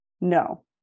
No